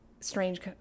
strange